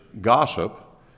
gossip